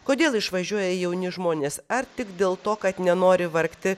kodėl išvažiuoja jauni žmonės ar tik dėl to kad nenori vargti